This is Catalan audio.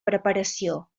preparació